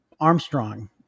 Armstrong